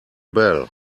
bell